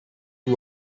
two